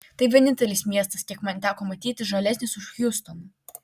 tai vienintelis miestas kiek man teko matyti žalesnis už hjustoną